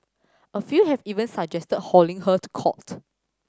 a few have even suggested hauling her to court